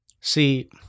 See